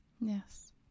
Yes